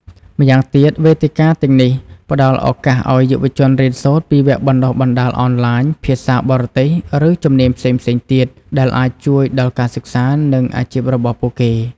ម្យ៉ាងទៀតវេទិកាទាំងនេះផ្តល់ឱកាសឱ្យយុវជនរៀនសូត្រពីវគ្គបណ្តុះបណ្តាលអនឡាញ ភាសាបរទេស ឬជំនាញផ្សេងៗទៀត ដែលអាចជួយដល់ការសិក្សា និងអាជីពរបស់ពួកគេ។